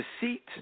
deceit